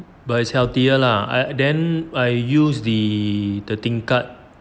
but it's healthier lah then I use the the tingkat